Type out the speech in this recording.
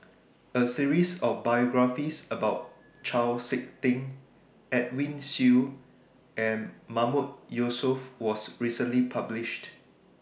A series of biographies about Chau Sik Ting Edwin Siew and Mahmood Yusof was recently published